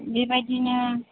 बे बायदिनो